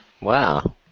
Wow